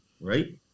right